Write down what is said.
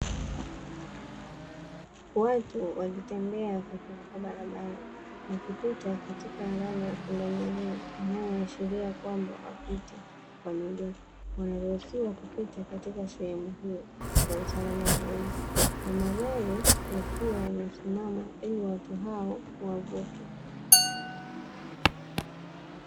Watu wakitembea kwa kuvuka barabara wakipita katika alama ya pundamilia inayoashiria kwamba wapite kwa miguu, wanaruhusiwa kupita katika sehemu hiyo kwa usalama zaidi na magari yakiwa yamesimama ili watu hao wavuke.